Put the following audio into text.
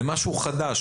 זה משהו חדש.